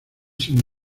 sin